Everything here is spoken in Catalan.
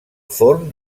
forn